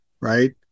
right